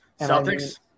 Celtics